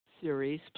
series